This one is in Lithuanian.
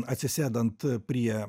atsisėdant prie